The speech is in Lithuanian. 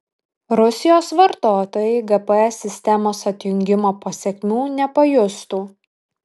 rusijos vartotojai gps sistemos atjungimo pasekmių nepajustų